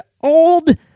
old